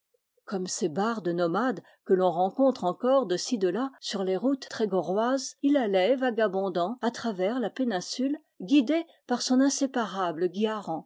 comme ces bardes nomades que l'on rencontre encore de-ci de-là sur les routes trégorroises il allait vagabondant à travers la péninsule guidé par son inséparable